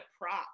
prop